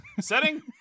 Setting